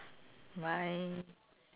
why